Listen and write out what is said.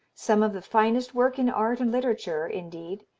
some of the finest work in art and literature, indeed,